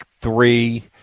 three